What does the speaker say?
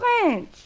French